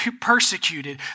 persecuted